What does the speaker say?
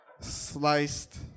sliced